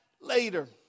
later